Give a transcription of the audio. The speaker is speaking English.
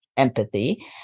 Empathy